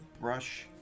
brush